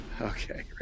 Okay